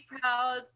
proud